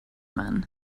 men